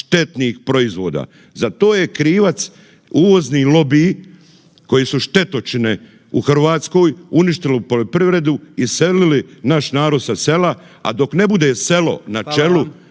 štetnih proizvoda. Za to je krivac uvozni lobij koji su štetočine u Hrvatskoj, uništilo poljoprivredu, iselili naš narod sa sela, a dok ne bude selo na čelu,